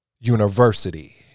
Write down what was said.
university